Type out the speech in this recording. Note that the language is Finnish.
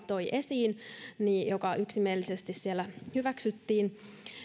toi esiin valiokunnan kantaa joka yksimielisesti siellä hyväksyttiin